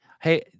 hey